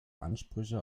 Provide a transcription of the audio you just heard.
ansprüche